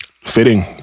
Fitting